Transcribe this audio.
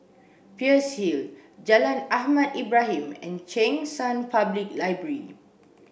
Peirce Hill Jalan Ahmad Ibrahim and Cheng San Public Library